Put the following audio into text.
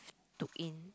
took in